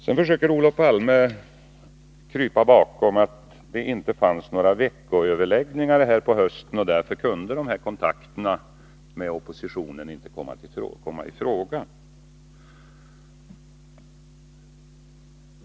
Sedan försöker Olof Palme krypa bakom att det inte förekom några veckoöverläggningar under hösten och att dessa kontakter med oppositionen därför inte kunde komma i fråga.